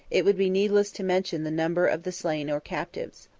it would be needless to mention the number of the slain or captives.